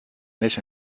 mes